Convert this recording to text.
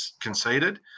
conceded